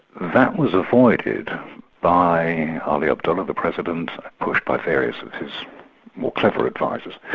that was avoided by ali abdullah the president, pushed by various of his more clever advisers,